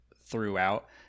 throughout